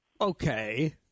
Okay